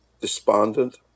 despondent